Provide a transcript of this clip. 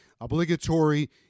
obligatory